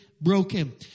broken